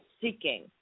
seeking